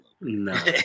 No